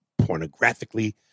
pornographically